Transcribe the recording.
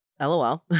LOL